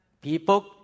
People